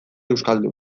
euskaldun